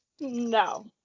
no